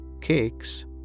cakes